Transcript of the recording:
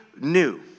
new